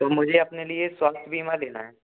तो मुझे अपने लिए स्वास्थ्य बीमा लेना है